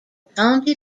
county